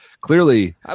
clearly